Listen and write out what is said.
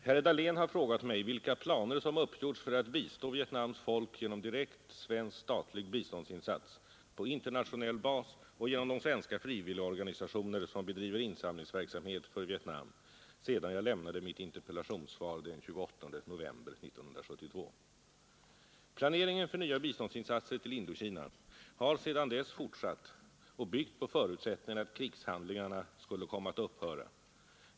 Herr talman! Herr Dahlén har frågat mig vilka planer som uppgjorts för att bistå Vietnams folk, genom direkt svensk statlig biståndsinsats, på internationell bas och genom de svenska frivilligorganisationer som bedriver insamlingsverksamhet för Vietnam, sedan jag lämnade mitt interpellationssvar den 28 november 1972. Planeringen för nya biståndsinsatser till Indokina har sedan dess fortsatt och byggt på förutsättningen att krigshandlingarna skulle komma att upphöra.